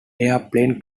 airplane